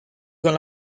son